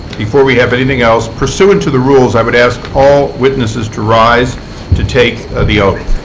before we have anything else, pursuant to the rules, i would ask all witnesses to rise to take ah the oath.